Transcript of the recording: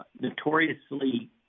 notoriously